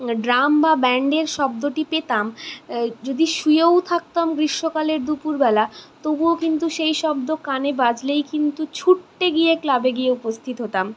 drum বা ব্র্যান্ডের শব্দটি পেতাম যদি শুয়েও থাকতাম গ্রীষ্মকালে দুপুর বেলা তবুও কিন্তু সেই সব শব্দ কানে বাজলেই কিন্তু ছুটে গিয়ে ক্লাবে গিয়ে উপস্থিত হতাম